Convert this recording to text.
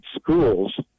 schools